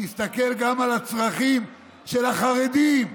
שיסתכל גם על הצרכים של החרדים.